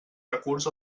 recurs